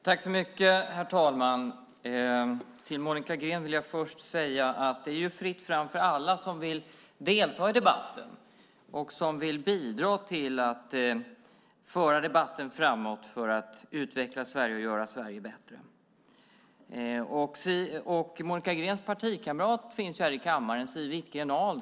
Herr talman! Först vill jag säga till Monica Green att det är fritt fram för alla som vill delta i debatten och bidra till att föra debatten framåt för att utveckla Sverige och göra Sverige bättre. Monica Greens partikamrat, Siw Wittgren-Ahl, finns här i kammaren.